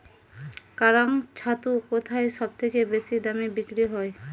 কাড়াং ছাতু কোথায় সবথেকে বেশি দামে বিক্রি হয়?